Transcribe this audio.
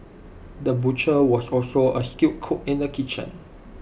the butcher was also A skilled cook in the kitchen